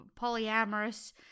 polyamorous